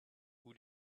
who